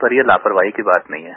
पर ये लापरवाही की बात नहीं है